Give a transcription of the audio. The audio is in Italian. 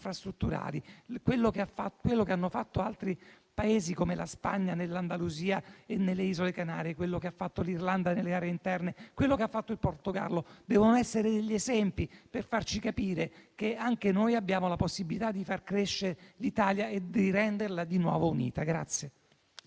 Quello che hanno fatto altri Paesi come la Spagna nell'Andalusia e nelle Isole Canarie, quello che ha fatto l'Irlanda nelle aree interne, quello che ha fatto il Portogallo devono essere degli esempi per farci capire che anche noi abbiamo la possibilità di far crescere l'Italia e di renderla di nuovo unita.